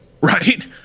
right